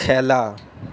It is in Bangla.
খেলা